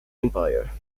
empire